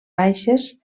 baixes